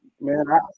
Man